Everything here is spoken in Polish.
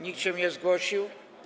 Nikt się nie zgłosił.